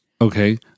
Okay